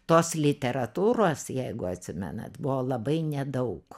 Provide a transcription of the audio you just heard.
tos literatūros jeigu atsimenat buvo labai nedaug